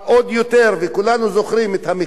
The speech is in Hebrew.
וכולנו זוכרים את המחאה שלהם,